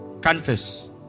confess